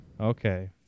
Okay